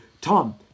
Tom